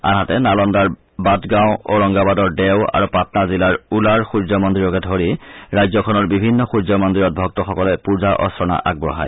আনহাতে নালন্দাৰ বাটগাও ঔৰংগাবাদৰ দেও আৰু পাটনা জিলাৰ উলাৰ সূৰ্য মন্দিৰকে ধৰি ৰাজ্যখনৰ বিভিন্ন সূৰ্য মন্দিৰত ভক্তসকলে পৃজা অৰ্চনা আগবঢ়ায়